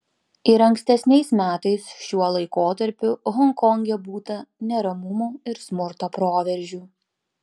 ir ankstesniais metais šiuo laikotarpiu honkonge būta neramumų ir smurto proveržių